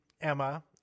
Emma